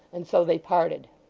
and so they parted.